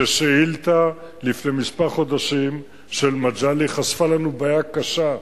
ששאילתא מלפני כמה חודשים של מגלי חשפה לנו בעיה קשה,